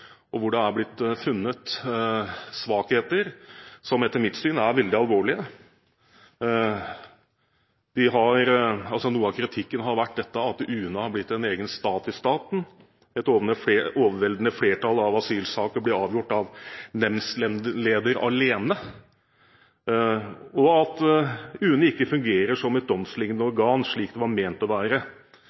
og hvor det er blitt funnet svakheter som etter mitt syn er veldig alvorlige. Noe av kritikken har vært dette at UNE har blitt en egen stat i staten, at et overveldende flertall av asylsaker blir avgjort av nemndleder alene, at UNE ikke fungerer som et domslignende organ, slik det var ment å være,